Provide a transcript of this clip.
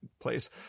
place